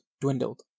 dwindled